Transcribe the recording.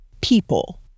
people